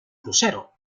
crucero